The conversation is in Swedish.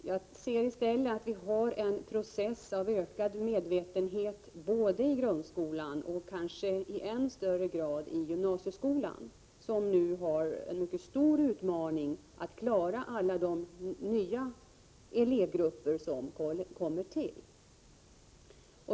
Jag märker i stället att vi har en process av ökad medvetenhet både i grundskolan och kanske i än större grad i gymnasieskolan, som har en mycket stor utmaning när det gäller att klara av alla de nya elevgrupper som kommer till.